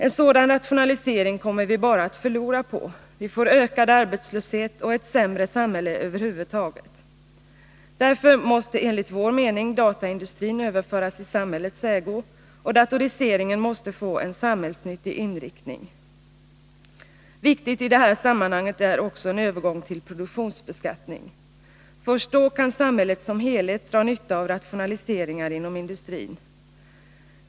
En sådan rationalisering kommer vi bara att förlora på. Vi får ökad arbetslöshet och ett sämre samhälle över huvud taget. Därför måste enligt vår mening dataindustrin överföras i samhällets ägo, och datoriseringen måste få en samhällsnyttig inriktning. Viktigt i det här sammanhanget är också en övergång till en produktionsbeskattning. Först då kan samhället som helhet dra nytta av rationaliseringar inom industrin.